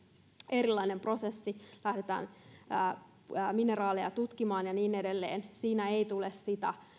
erilainen prosessi lähdetään mineraaleja tutkimaan ja niin edelleen niin siinä ei tule sitä